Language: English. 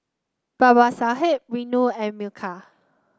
Babasaheb Renu and Milkha